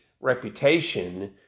reputation